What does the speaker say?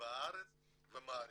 הארץ ומעריב.